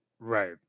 Right